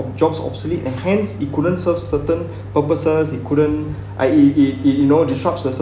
on jobs obsolete and hence it couldn't serve certain purposes it couldn't I it it it you know disrupt a cer~